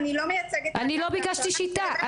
אני לא ביקשתי שיטה.